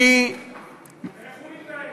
איך הוא מתנהג?